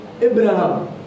Abraham